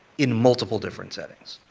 in multiple different settings.